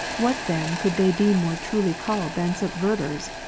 what then could they be more truly called than subverters?